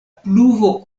pluvo